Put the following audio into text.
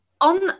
on